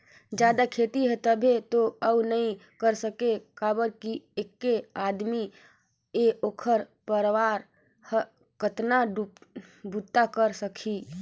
जादा खेती हे तभे तो अउ नइ कर सके काबर कि ऐके आदमी य ओखर परवार हर कतना बूता करे सकही